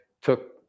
took